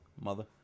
Mother